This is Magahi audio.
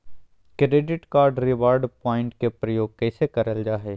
क्रैडिट कार्ड रिवॉर्ड प्वाइंट के प्रयोग कैसे करल जा है?